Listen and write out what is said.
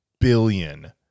billion